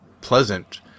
pleasant